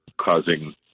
causing